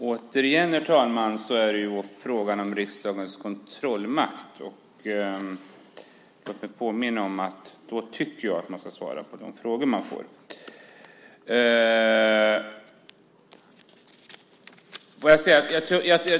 Herr talman! Det är återigen fråga om riksdagens kontrollmakt. Då tycker jag att man ska svara på de frågor man får.